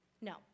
No